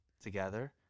together